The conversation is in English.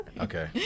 Okay